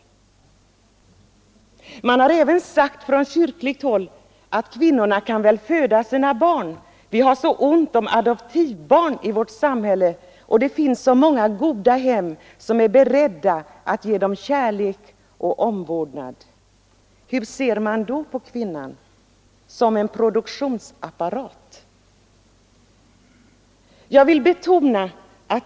Från kyrkligt håll har det också sagts att kvinnorna väl kan föda sina barn, vi har ju så ont om adoptivbarn i vårt samhälle, och det finns så många goda hem som är beredda att ge dem kärlek och omvårdnad. Hur ser man på kvinnan, när man säger på det sättet? Jo, som på en produktionsapparat!